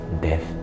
death